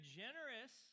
generous